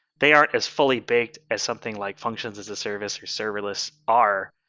they are as fully baked as something like functions as a service or serverless r.